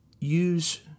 use